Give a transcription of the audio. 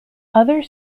other